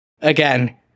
Again